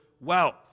wealth